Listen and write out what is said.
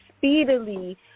speedily